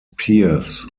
peers